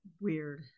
weird